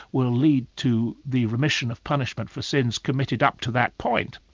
will lead to the remission of punishment for sins committed up to that point.